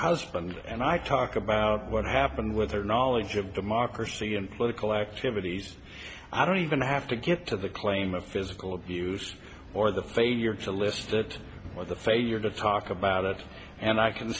husband and i talk about what happened with her knowledge of democracy and political activities i don't even have to get to the claim of physical abuse or the failure to list it or the failure to talk about it and i can